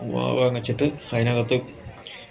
വാങ്ങിച്ചിട്ട് അതിനകത്ത്